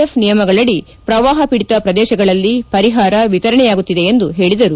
F ನಿಯಮಗಳಡಿ ಪ್ರವಾಪ ಪೀಡಿತ ಪ್ರದೇಶಗಳಲ್ಲಿ ಪರಿಹಾರ ವಿತರಣೆ ಆಗುತ್ತಿದೆ ಎಂದು ಹೇಳಿದರು